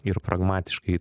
ir pragmatiškai